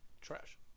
trash